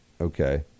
Okay